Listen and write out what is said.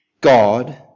God